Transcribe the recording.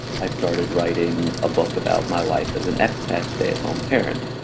i started writing a book about my life as an expat stay-at-home parent.